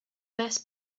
best